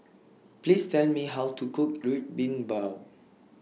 Please Tell Me How to Cook Red Bean Bao